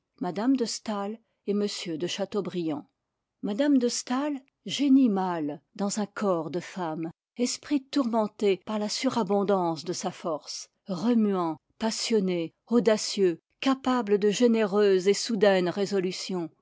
me de staël et m de chateaubriand m me de staël génie mâle dans un corps de femme esprit tourmenté par la surabondance de sa force remuant pas sionné audacieux capable de généreuses et soudaines résolutions